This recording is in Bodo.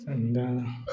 जों दा